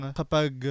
kapag